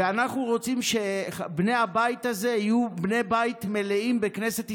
ואנחנו רוצים שבני הבית הזה יהיו בני בית מלאים בכנסת ישראל,